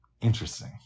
Interesting